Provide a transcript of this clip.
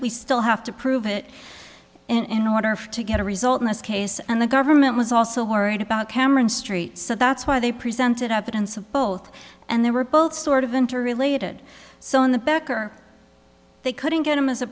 we still have to prove it in order to get a result in this case and the government was also worried about cameron street so that's why they presented up the tense of both and they were both sort of interrelated so in the becker they couldn't get him as a